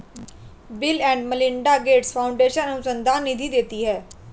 bill and Melinda Gates Foundation अनुसंधान निधि देती है